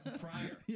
Prior